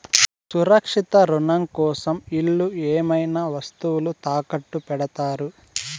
సురక్షిత రుణం కోసం ఇల్లు ఏవైనా వస్తువులు తాకట్టు పెడతారు